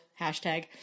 hashtag